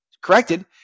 corrected